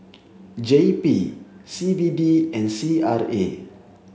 J P C B D and C R A